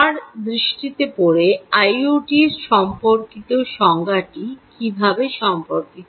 তার দৃষ্টিতে পড়ে আইওটি সংজ্ঞাটি কী সম্পর্কিত